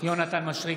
יונתן מישרקי,